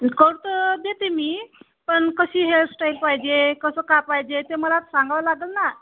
कसं देते मी पण कशी हेअरसटाईल पाहिजे कसं का पाहिजे ते मला सांगावं लागेल ना